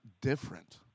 different